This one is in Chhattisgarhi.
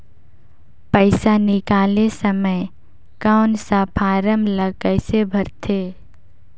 पइसा निकाले समय कौन सा फारम ला कइसे भरते?